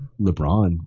LeBron